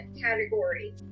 category